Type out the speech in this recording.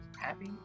happy